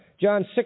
John